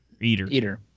Eater